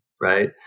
Right